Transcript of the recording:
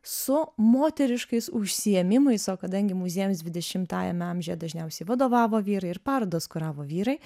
su moteriškais užsiėmimais o kadangi muziejams dvidešimajame amžiuje dažniausiai vadovavo vyrai ir parodas kuravo vyrai